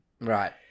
Right